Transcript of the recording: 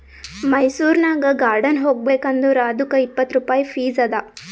ಮೈಸೂರನಾಗ್ ಗಾರ್ಡನ್ ಹೋಗಬೇಕ್ ಅಂದುರ್ ಅದ್ದುಕ್ ಇಪ್ಪತ್ ರುಪಾಯಿ ಫೀಸ್ ಅದಾ